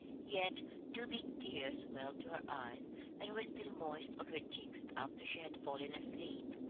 yet two big tears welled to her eyes and were still moist on her cheeks after she had fallen asleep.